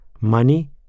money